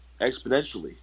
exponentially